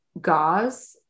gauze